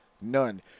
none